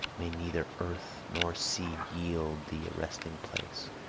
may neither earth nor sea yield thee a resting-place!